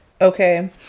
Okay